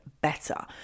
better